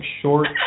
short